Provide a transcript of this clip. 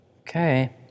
Okay